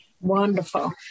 Wonderful